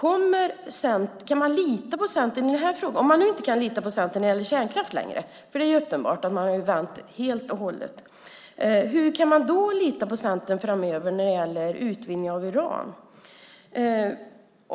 Om man nu inte längre kan lita på Centern när det gäller kärnkraft - för det är ju uppenbart att de har vänt helt och hållet - hur kan man då lita på Centern framöver när det gäller utvinning av uran?